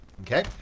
Okay